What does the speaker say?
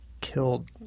killed